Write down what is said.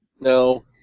No